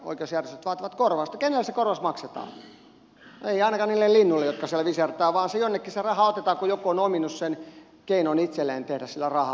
ei ainakaan niille linnuille jotka siellä visertävät vaan jonnekin se raha otetaan kun joku on ominut sen keinon itselleen tehdä sillä rahaa